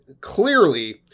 Clearly